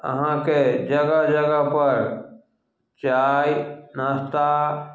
अहाँके जगह जगहपर चाय नास्ता